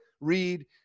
read